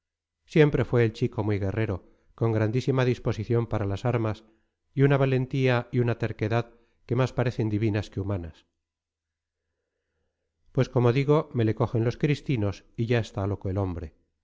siempre fue el chico muy guerrero con grandísima disposición para las armas y una valentía y una terquedad que más parecen divinas que humanas pues como digo me le cogen los cristinos y ya está loco el hombre